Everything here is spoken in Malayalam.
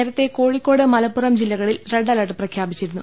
നേരത്തെ കോഴിക്കോട് മലപ്പുറം ജില്ലകലിൽ റെഡ് അലർട്ട് പ്രഖ്യാ പിച്ചിരുന്നു